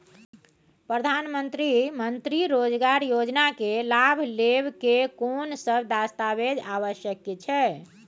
प्रधानमंत्री मंत्री रोजगार योजना के लाभ लेव के कोन सब दस्तावेज आवश्यक छै?